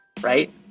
right